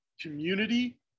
community